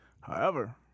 However-